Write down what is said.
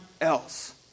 else